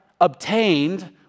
obtained